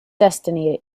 destiny